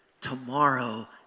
tomorrow